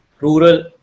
rural